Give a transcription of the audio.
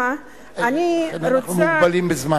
אנחנו מוגבלים בזמן.